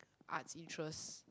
arts interest